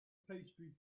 pastry